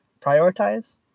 Prioritize